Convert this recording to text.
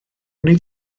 wnei